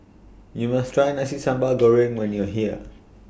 YOU must Try Nasi Sambal Goreng when YOU Are here